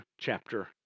chapter